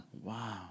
Wow